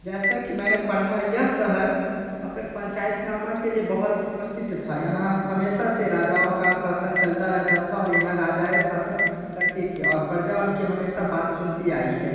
जैसा कि मैंने पढ़ा है यह शहर अपने पंचायतनामा के लिए बहुत ही प्रसिद्ध था यहाँ हमेशा से राजाओं का शासन चलता रहता था और यहाँ राजाए शासन करते थे और प्रजा उनकी हमेशा बात सुनती आई है